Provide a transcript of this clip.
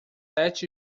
sete